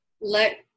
let